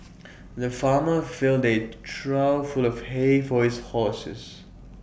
the farmer filled A trough full of hay for his horses